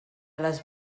les